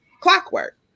clockwork